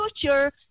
future